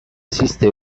esiste